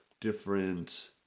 different